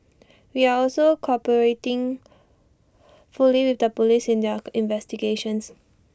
we are also cooperating fully with the Police in their investigations